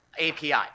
API